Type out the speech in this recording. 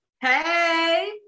hey